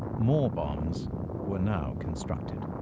more bombs were now constructed.